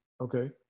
Okay